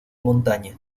montaña